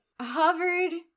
hovered